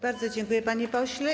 Bardzo dziękuję, panie pośle.